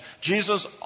Jesus